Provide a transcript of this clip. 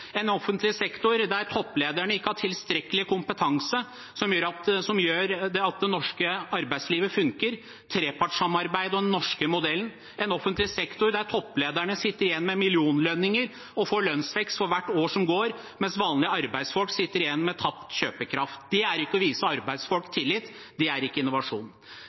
en offentlig sektor der topplederne ikke har tilstrekkelig kompetanse til at det norske arbeidslivet funker, trepartssamarbeidet og den norske modellen, en offentlig sektor der topplederne sitter igjen med millionlønninger og får lønnsvekst for hvert år som går, mens vanlige arbeidsfolk sitter igjen med tapt kjøpekraft. Det er ikke å vise arbeidsfolk tillit, det er ikke innovasjon.